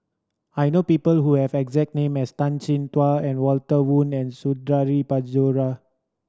I know people who have the exact name as Tan Chin Tuan and Walter Woon and Suradi Parjo